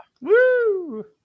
Woo